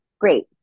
great